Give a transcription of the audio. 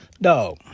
Dog